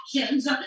actions